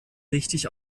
richtig